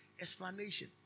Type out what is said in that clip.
Explanation